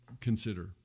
consider